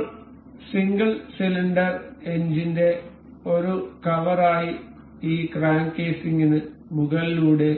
ഇപ്പോൾ single cylinder എഞ്ചിന്റെ ഒരു കവറായി ഈ ക്രാങ്ക് കേസിംഗിന് മുകളിലൂടെ